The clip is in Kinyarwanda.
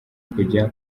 kujya